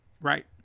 Right